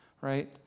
Right